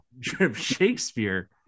Shakespeare